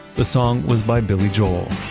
the song was by billy joel